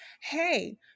Hey